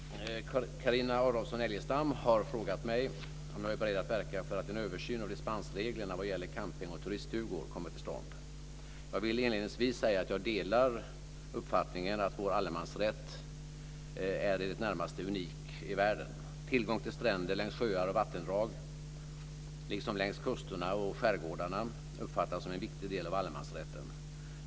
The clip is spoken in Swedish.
Fru talman! Carina Adolfsson Elgestam har frågat mig om jag är beredd att verka för att en översyn av dispensreglerna vad gäller camping och turiststugor kommer till stånd. Jag vill inledningsvis säga att jag delar uppfattningen att vår allemansrätt är i det närmaste unik i världen. Tillgång till stränder längs sjöar och vattendrag, liksom längs kusterna och skärgårdarna, uppfattas som en viktig del av allemansrätten.